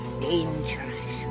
dangerous